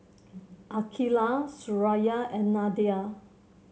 Aqeelah Suraya and Nadia